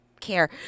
care